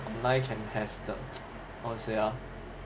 online can have the how to say ah